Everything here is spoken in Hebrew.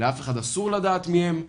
לאף אחד אסור לדעת מהם,